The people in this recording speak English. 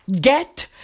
Get